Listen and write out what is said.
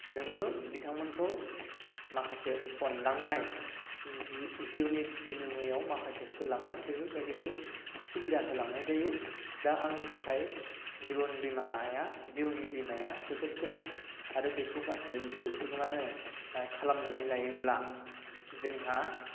नोङो बिथांमोनखौ माखासे अनलांनाय जिउनि बिनिमयआवा माखासे होलांनाय बेफोरबायदिखौ सुबिदा होलांनाय जायो दा आंनि थाखाय जिबन बीमाया जिउनि बीमाया जोबोद गोनां आरो बेखौ गासैबो सुबुङानो खालामनानै लायोब्ला जोंहा